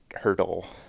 hurdle